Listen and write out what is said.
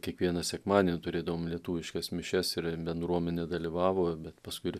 kiekvieną sekmadienį turėdavom lietuviškas mišias ir bendruomenė dalyvavo bet paskui ir